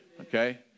Okay